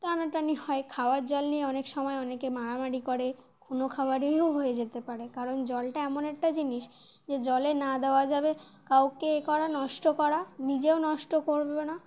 টানাটানি হয় খাওয়ার জল নিয়ে অনেক সময় অনেকে মারামারি করে খুনো খাবারিও হয়ে যেতে পারে কারণ জলটা এমন একটা জিনিস যে জলে না দেওয়া যাবে কাউকে এ করা নষ্ট করা নিজেও নষ্ট করব না